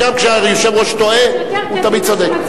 גם כשהיושב-ראש טועה, הוא תמיד צודק.